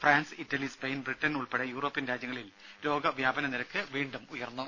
France Italy Spain Britain ഉൾപ്പെടെ European രാജ്യങ്ങളിൽ രോഗവ്യാപന നിരക്ക് വീണ്ടും ഉയർന്നു